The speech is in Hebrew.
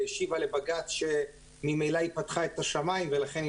השיבה לבג"ץ שהיא ממילא פתחה את השמיים ולכן היא